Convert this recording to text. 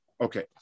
Okay